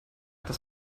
das